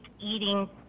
eating